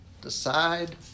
decide